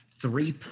three